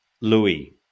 Louis